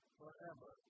forever